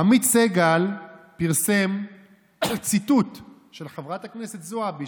עמית סגל פרסם ציטוט של חברת הכנסת זועבי,